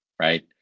right